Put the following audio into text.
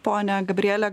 pone gabriele